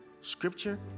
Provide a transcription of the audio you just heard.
Scripture